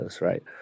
right